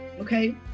okay